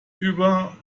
über